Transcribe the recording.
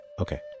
okay